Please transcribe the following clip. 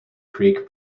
creek